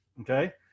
okay